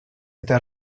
этой